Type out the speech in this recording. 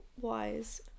wise